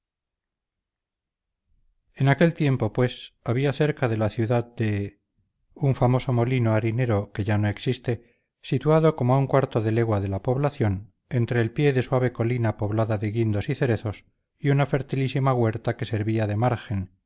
en aquel tiempo pues había cerca de la ciudad de un famoso molino harinero que ya no existe situado como a un cuarto de legua de la población entre el pie de suave colina poblada de guindos y cerezos y una fertilísima huerta que servía de margen